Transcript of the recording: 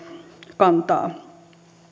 kantaa